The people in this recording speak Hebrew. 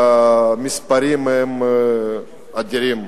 והמספרים הם אדירים.